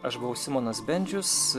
aš buvau simonas bendžius